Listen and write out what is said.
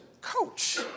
Coach